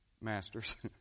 masters